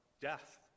death